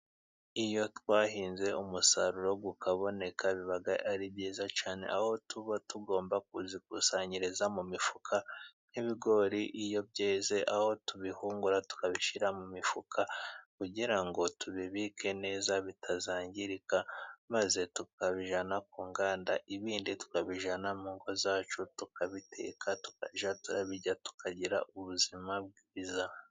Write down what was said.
Iyo twahinze umusaruro ukaboneka biba ari byiza cyane, aho tuba tugomba kuyikusanyiriza mu mifuka. Nk'ibigori iyo byeze aho tubihungura tukabishyira mu mifuka kugira ngo tubibike neza bitazangirika, maze tukabijyana ku nganda ibindi tukabijyana mu ngo zacu tukabiteka tukajya tubirya tukagira ubuzima bwiza.